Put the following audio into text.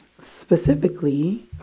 specifically